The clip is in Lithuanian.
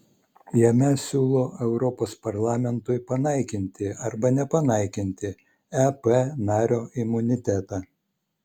jame siūlo europos parlamentui panaikinti arba nepanaikinti ep nario imunitetą